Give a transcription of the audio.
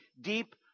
deep